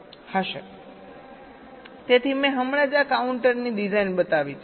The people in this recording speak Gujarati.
તેથી મેં હમણાં જ આ કાઉન્ટરની ડિઝાઇન બતાવી છે